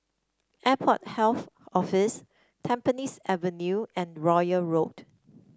Airport Health Office Tampines Avenue and Royal Road